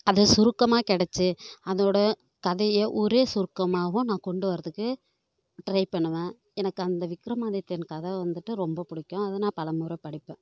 அது சுருக்கமா கிடச்சு அதோடய கதையை ஒரே சுருக்கமாகவும் நான் கொண்டு வரதுக்கு ட்ரை பண்ணுவேன் எனக்கு அந்த விக்ரமாதித்தியன் கதை வந்துட்டு ரொம்ப பிடிக்கும் அதை நான் பல முறை படிப்பேன்